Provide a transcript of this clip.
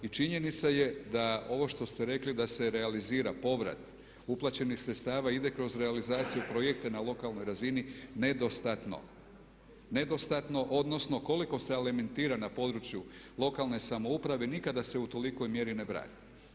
I činjenica je da ovo što ste rekli da se realizira povrat uplaćenih sredstava i ide kroz realizaciju projekta na lokalnoj razini je nedostatno odnosno koliko se alimentira na području lokalne samouprave nikada se u tolikoj mjeri ne vrati.